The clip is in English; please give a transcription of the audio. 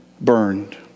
burned